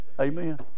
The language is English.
Amen